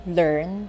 learn